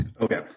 Okay